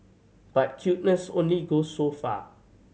but cuteness only goes so far